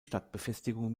stadtbefestigung